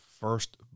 first